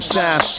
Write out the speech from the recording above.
time